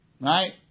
Right